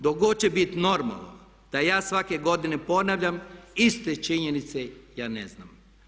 Dok god će bit normalno da ja svake godine ponavljam iste činjenice ja ne znam.